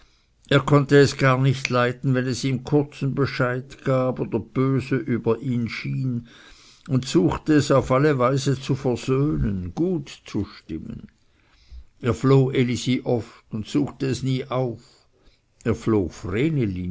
er konnte es gar nicht leiden wenn es ihm kurzen bescheid gab oder böse über ihn schien und suchte es auf alle weise zu versöhnen gut zu stimmen er floh elisi oft und suchte es nie auf er floh